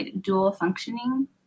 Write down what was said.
dual-functioning